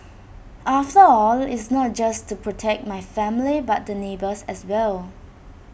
after all it's not just to protect my family but the neighbours as well